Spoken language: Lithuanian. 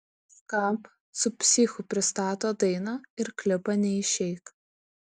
skamp su psichu pristato dainą ir klipą neišeik